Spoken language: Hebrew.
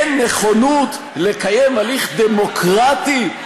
אין נכונות לקיים הליך דמוקרטי,